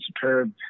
superb